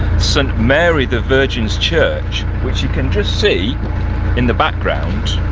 saint mary the virgin's church, which you can just see in the background,